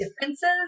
differences